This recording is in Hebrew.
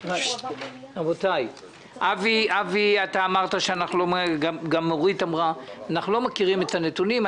אבי ניסנקורן ואורית פרקש-הכהן אמרו שאנחנו לא מכירים את הנתונים,